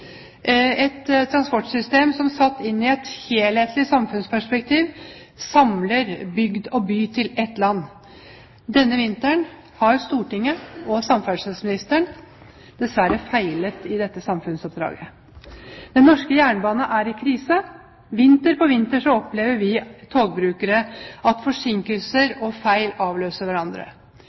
et transportsystem som, satt inn i et helhetlig samfunnsperspektiv, samler bygd og by til ett land. Denne vinteren har Stortinget og samferdselsministeren dessverre feilet i dette samfunnsoppdraget. Den norske jernbanen er i krise. Vinter etter vinter opplever vi togbrukere at forsinkelser og feil avløser hverandre.